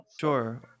sure